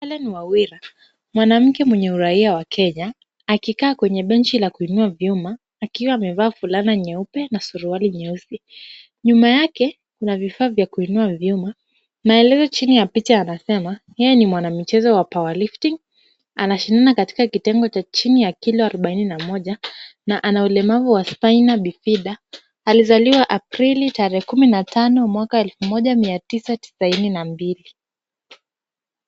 Hellen Wawira, mwanamke mwenye uraia wa Kenya, akikaa kwenye benchi la kuinua vyuma akiwa amevaa fulana nyeupe na suruali nyeusi. Nyuma yake kuna vifaa vya kuinua vyuma. Maelezo chini ya picha yanasema, yeye ni mwanamichezo wa power lifting , anashindana katika kitengo cha chini ya kilo arubaini na moja na ana ulemavu wa Spina Bifida . Alizaliwa Aprili tarehe kumi na tano mwaka wa elfu moja mia tisa tisaini na mbili.